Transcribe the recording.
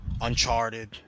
Uncharted